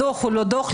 הדוח הוא לא דוח,